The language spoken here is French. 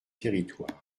territoires